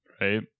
Right